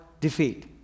Defeat